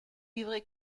livré